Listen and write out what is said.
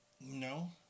No